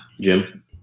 jim